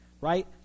Right